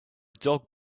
dog